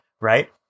right